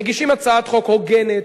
מגישים הצעת חוק הוגנת,